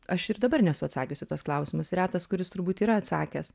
aš ir dabar nesu atsakius į tuos klausimus retas kuris turbūt yra atsakęs